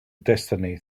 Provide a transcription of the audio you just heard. destiny